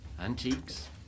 Antiques